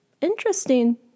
Interesting